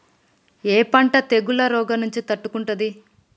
ఏ పంట తెగుళ్ల రోగం నుంచి తట్టుకుంటుంది?